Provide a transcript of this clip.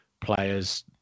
players